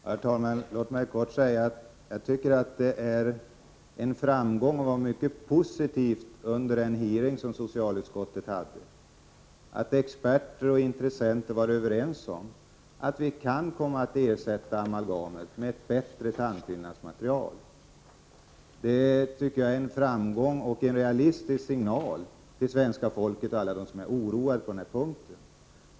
Herr talman! Låt mig kort säga att jag tycker att det är en mycket positiv framgång under den hearing som socialutskottet hade att experter och intressenter var överens om att vi bör ersätta amalgamet med ett bättre tandfyllnadsmaterial. Det tycker jag är en framgång och en realistisk signal till svenska folket och alla dem som är oroade.